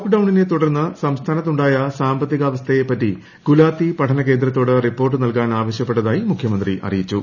ലോക്ക്ഡൌണിനെ തുടർന്ന് സംസ്ഥാനത്തുണ്ടായ സാമ്പത്തികാവസ്ഥയെ പറ്റി ഗുലാത്തി പഠനകേന്ദ്രത്തോട് റിപ്പോർട്ട് നൽക്ട്രൻ ആവശ്യപ്പെട്ടതായി മുഖ്യമന്ത്രി അറിയിച്ചു